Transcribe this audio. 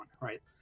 right